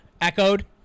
Echoed